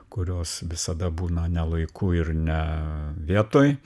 kurios visada būna ne laiku ir ne vietoj